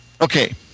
Okay